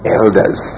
elders